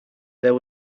there